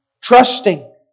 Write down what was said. trusting